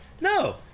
No